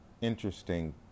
interesting